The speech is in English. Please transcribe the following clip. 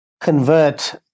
convert